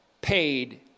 paid